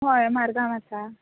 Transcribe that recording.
हय मारगांव आसा